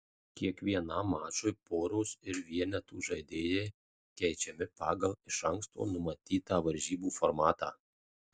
kiekvienam mačui poros ir vienetų žaidėjai keičiami pagal iš anksto numatytą varžybų formatą